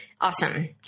awesome